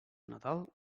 nadal